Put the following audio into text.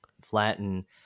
flatten